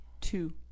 Two